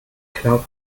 glaube